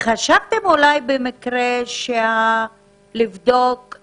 חשבתם במקרה לבדוק את